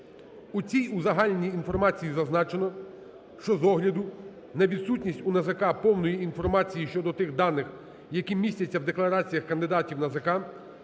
У цій узагальненій інформації зазначено, що з огляду на відсутність у НАЗК повної інформації щодо тих даних, які містяться в деклараціях кандидатів НАЗК,